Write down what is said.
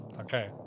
Okay